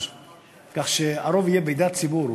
כך שהרוב יהיה בידי הציבור,